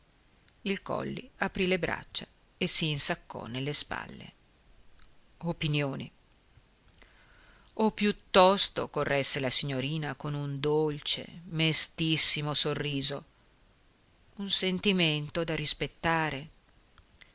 il colli aprì le braccia e s'insaccò nelle spalle opinioni o piuttosto corresse la signorina con un dolce mestissimo sorriso un sentimento da rispettare